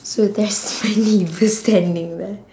so that's when he was standing there